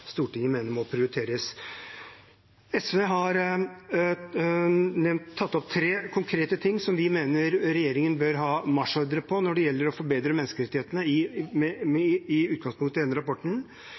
Stortinget mener må prioriteres. SV har tatt opp tre konkrete ting som vi mener regjeringen bør ha marsjordre på når det gjelder å forbedre menneskerettighetene, med utgangspunkt i